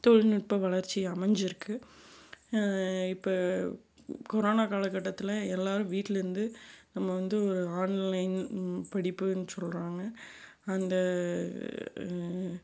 தொழில்நுட்ப வளர்ச்சி அமைஞ்சிருக்கு இப்போ கொரோனா காலக்கட்டத்தில் எல்லாரும் வீட்லேந்து நம்ம வந்து ஒரு ஆன்லைன் படிப்புனு சொல்றாங்க அந்த